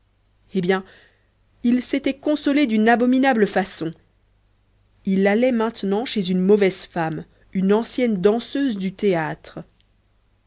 eh bien il s'était consolé d'une abominable façon il allait maintenant chez une mauvaise femme une ancienne danseuse du théâtre